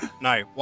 No